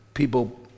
People